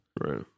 right